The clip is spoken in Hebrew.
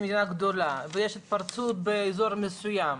שהיא מדינה גדולה ויש התפרצות באזור מסוים,